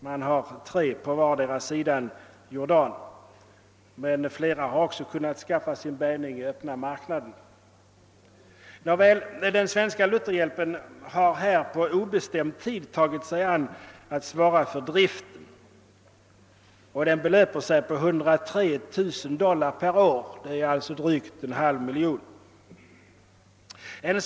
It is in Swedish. Man har tre på vardera sidan av Jordan. Men flera har också kunnat skaffa sig sin bärgning i öppna marknaden. Den svenska Lutherhjälpen har här på obestämd tid åtagit sig att svara för driften, vilken belöper sig på 103 000 dollar per år, alltså drygt en halv miljon kronor.